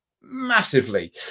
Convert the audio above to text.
massively